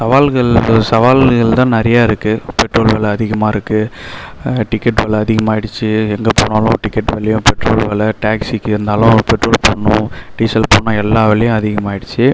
சவால்கள் சவால்கள் தான் நிறைய இருக்கு பெட்ரோல் வில அதிகமாக இருக்கு டிக்கெட் வில அதிகமாகிடுச்சு எங்கே போனாலும் டிக்கெட் வில பெட்ரோல் வில டேக்சிக்கு இருந்தாலும் பெட்ரோல் போடணும் டீசல் போடணும் எல்லா வேலையும் அதிகமாகிடுச்சு